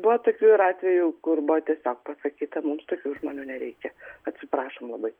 buvo tokių ir atvejų kur buvo tiesiog pasakyta mums tokių žmonių nereikia atsiprašom labai